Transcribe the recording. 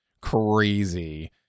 crazy